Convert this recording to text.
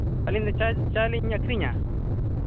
ᱟᱹᱞᱤᱧ ᱟᱹᱞᱤᱧ ᱫᱚ ᱪᱟᱭ ᱞᱤᱧ ᱟᱹᱠᱷᱨᱤᱧᱟ